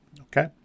Okay